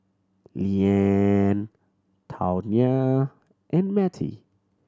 Leeann Tawnya and Mattie